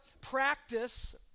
practice